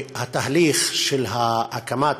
שהתהליך של הקמת